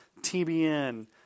TBN